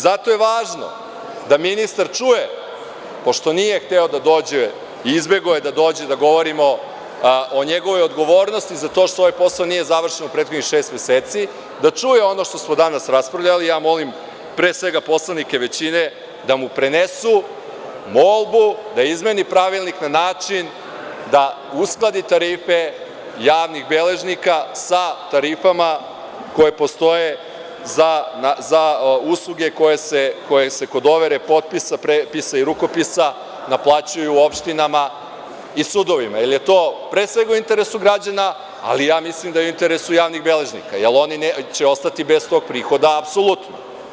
Zato je važno da ministar čuje pošto nije hteo da dođe i izbegao je da dođe da govorimo o njegovoj odgovornosti zbog toga što ovaj posao nije završen u prethodnih šest meseci, da čuje ono što smo danas raspravljali, molim pre svega poslanike većine da mu prenesu molbu da izmeni Pravilnik na način da uskladi tarife javnih beležnika sa tarifama koje postoje za usluge koje se, kod overe potpisa, prepisa i rukopisa, naplaćuju u opštinama i sudovima jer je to presvega u interesu građana, ali ja mislim da je u interesu i javnih beležnika, jer će oni ostati bez tog prihoda, apsolutno.